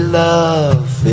love